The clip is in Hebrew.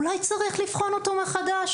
אולי צריך לבחון אותו מחדש.